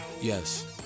yes